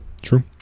True